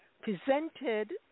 presented